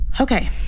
Okay